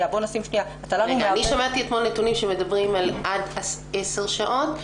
אני שמעתי אתמול נתונים שמדברים על עד עשר שעות,